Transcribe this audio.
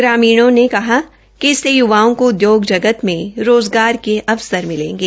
ग्रामीण ने कहा कि इससे य्वाओं को उद्योग जगत में रोज़गार के अवसर मिलेंगे